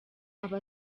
aba